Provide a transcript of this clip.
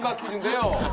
you go?